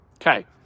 Okay